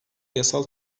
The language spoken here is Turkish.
yasal